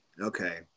Okay